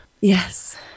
Yes